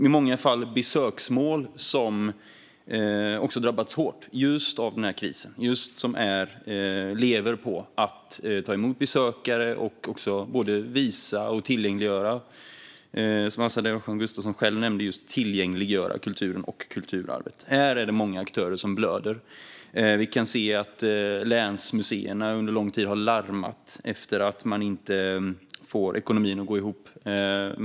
I många fall handlar det om besöksmål som drabbats hårt av denna kris eftersom de lever på att ta emot besökare och visa och, som Azadeh Rojhan Gustafsson själv nämnde, just tillgängliggöra kulturen och kulturarvet. Här är det många aktörer som blöder. Under lång tid har länsmuseerna larmat om att de inte får ekonomin att gå ihop.